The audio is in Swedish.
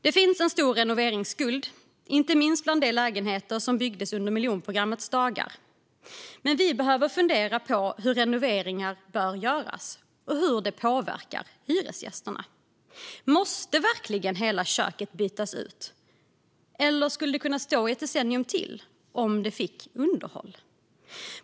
Det finns en stor renoveringsskuld, inte minst bland de lägenheter som byggdes på miljonprogrammets tid. Men vi behöver fundera på hur renoveringar bör göras och hur de påverkar hyresgästerna. Måste verkligen hela köket bytas ut, eller skulle det kunna stå i ett decennium till om det fick underhåll?